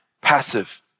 passive